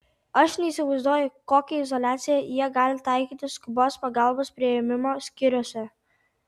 aš neįsivaizduoju kokią izoliaciją jie gali taikyti skubios pagalbos priėmimo skyriuose